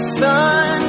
sun